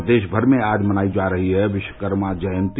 प्रदेश भर में आज मनायी जा रही है विश्वकर्मा जयंती